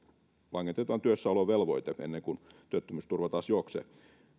langetetaan työssäolovelvoite ennen kuin työttömyysturva taas juoksee